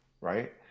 right